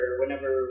whenever